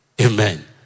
Amen